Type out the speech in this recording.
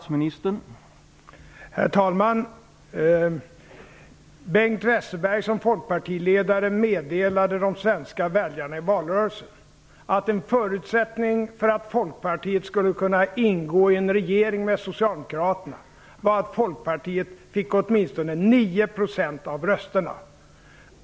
Herr talman! För det första: Bengt Westerberg meddelade som folkpartiledare de svenska väljarna i valrörelsen att en förutsättning för att Folkpartiet skulle kunna ingå i en regering med Socialdemokraterna var att Folkpartiet fick åtminstone 9 % av rösterna.